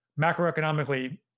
macroeconomically